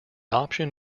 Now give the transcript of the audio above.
option